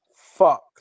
Fuck